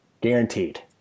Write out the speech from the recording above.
Guaranteed